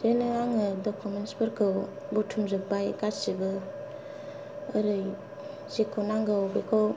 बिदिनो आङो डकुमेनट्स फोरखौ बुथबमजोबबाय गासिबो ओरै जेखौ नांगौ बेखौ